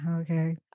Okay